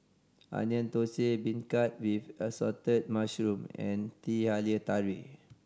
Onion Thosai beancurd with assorted mushroom and Teh Halia Tarik